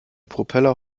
propeller